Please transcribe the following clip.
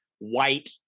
white